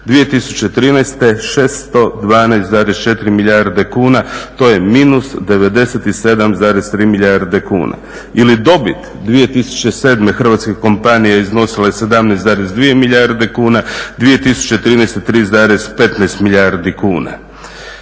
2013. 612,4 milijarde kuna, to je -97,3 milijarde kuna. Ili dobit 2007.hrvatskih kompanija iznosila je 17,2 milijarde kuna, 2013. 3,15 milijardi kuna.